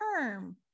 term